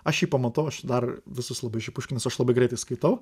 aš jį pamatau aš dar visus labai šiaip užknisu aš labai greitai skaitau